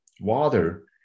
water